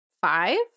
five